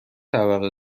طبقه